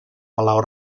palau